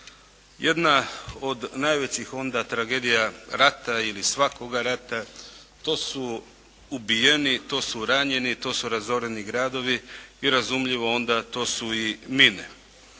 Jedna od najvećih onda tragedija rata ili svakoga rata to su ubijeni, to su ranjeni, to su razoreni gradovi i razumljivo onda to su i mine.